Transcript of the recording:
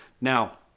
Now